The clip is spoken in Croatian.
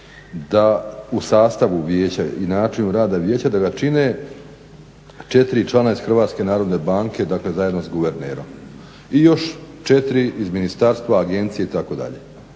da u sastavu vijeća i načinu rada vijeća da ga čine 4 člana iz HNB-a dakle zajedno s guvernerom. I još 4 iz ministarstva, agencije itd.